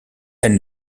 elle